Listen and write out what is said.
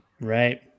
right